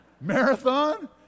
Marathon